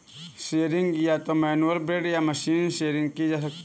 shearing या तो manual blade या मशीन शीयर से की जा सकती है